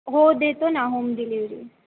हो देतो ना होम डिलिव्हरी